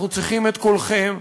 אנחנו צריכים את קולכם,